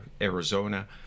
Arizona